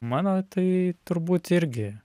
mano tai turbūt irgi